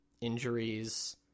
Injuries